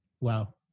Wow